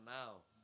now